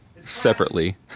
separately